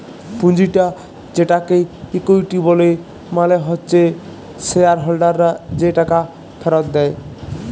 পুঁজিটা যেটাকে ইকুইটি ব্যলে মালে হচ্যে শেয়ার হোল্ডাররা যে টাকা ফেরত দেয়